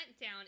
down